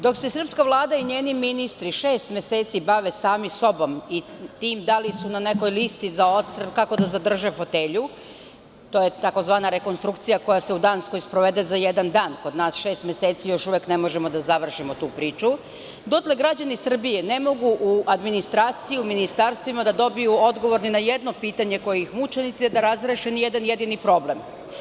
Dok se srpska Vlad i njeni ministri šest meseci bave sami sobom i tim da li su na nekoj listi za odstrel, kako da zadrže fotelju, to je tzv. Rekonstrukcija koja se u Danskoj sprovede za jedan dan, kod nas šest meseci i još uvek ne možemo da završimo tu priču, dotle građani Srbije ne mogu u administraciji u ministarstvima da dobiju odgovor ni na jedno pitanje koje ih muči, niti da razreše jedan jedini problem.